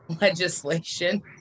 legislation